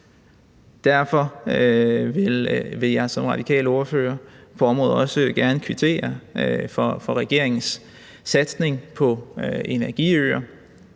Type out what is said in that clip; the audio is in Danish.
Derfor vil jeg som radikal ordfører på området også gerne kvittere for regeringens satsning på energiøer